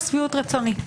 הדברים אינם לשביעות רצוני,